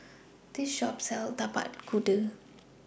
This Shop sells Tapak Kuda